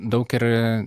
daug ir